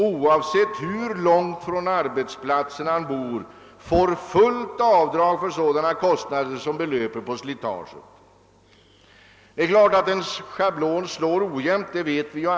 Oavsett hur långt från arbetsplatsen han bor får dessutom fullt avdrag göras för sådana kostnader som uppstår på grund av slitage. Denna schablon slår, såsom vi alla vet, ojämnt.